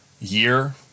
year